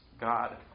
God